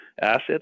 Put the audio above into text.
assets